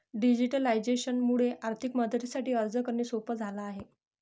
digitalisation मुळे आर्थिक मदतीसाठी अर्ज करणे सोप झाला आहे